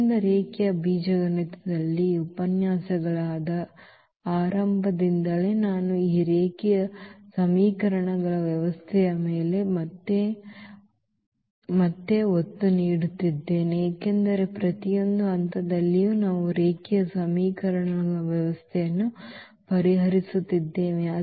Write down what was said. ಆದ್ದರಿಂದ ರೇಖೀಯ ಬೀಜಗಣಿತದಲ್ಲಿ ಈ ಉಪನ್ಯಾಸಗಳ ಆರಂಭದಿಂದಲೇ ನಾನು ಈ ರೇಖೀಯ ಸಮೀಕರಣಗಳ ವ್ಯವಸ್ಥೆಯ ಮೇಲೆ ಮತ್ತೆ ಮತ್ತೆ ಒತ್ತು ನೀಡುತ್ತಿದ್ದೇನೆ ಏಕೆಂದರೆ ಪ್ರತಿಯೊಂದು ಹಂತದಲ್ಲಿಯೂ ನಾವು ರೇಖೀಯ ಸಮೀಕರಣಗಳ ವ್ಯವಸ್ಥೆಯನ್ನು ಪರಿಹರಿಸುತ್ತಿದ್ದೇವೆ